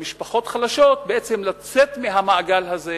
למשפחות חלשות בעצם לצאת מהמעגל הזה,